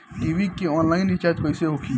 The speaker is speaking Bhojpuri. टी.वी के आनलाइन रिचार्ज कैसे होखी?